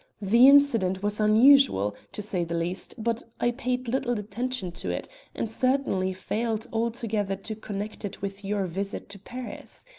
the incident was unusual, to say the least, but i paid little attention to it, and certainly failed altogether to connect it with your visit to paris.